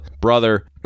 brother